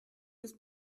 bis